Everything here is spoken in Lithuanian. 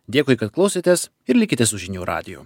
dėkui kad klausotės ir likite su žinių radiju